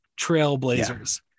trailblazers